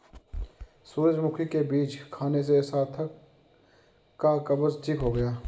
सूरजमुखी के बीज खाने से सार्थक का कब्ज ठीक हो गया